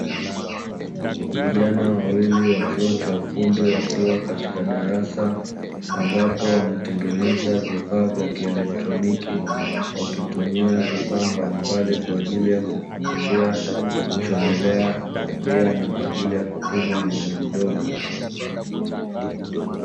Vijana wawili wa chuo cha ufundi wakiwa katika darasa, ambapo wanatengeneza vifaa vya kielektroniki, wakitumia vifaa mbalimbali kwa ajili ya kufungulia, kuchomelea, pia na kwa ajili ya kupima umeme mdogo.